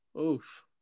Oof